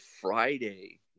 Friday